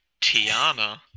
Tiana